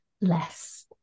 less